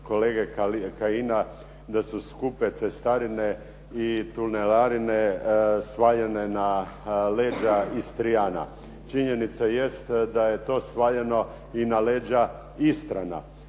da su skupe cestarine i tunelarine svaljene na leđa Istrijana. Činjenica jest da je to svaljeno i na leđa Istrana,